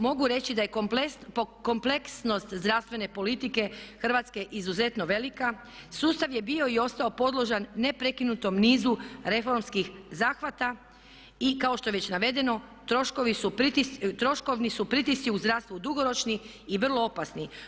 Mogu reći da je kompleksnost zdravstvene politike Hrvatske izuzetno velika, sustav je bio i ostao podložan neprekinutom nizu reformskih zahvata i kao što je već navedeno troškovni su pritisci u zdravstvu dugoročni i vrlo opasni.